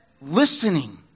listening